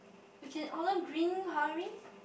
can order green curry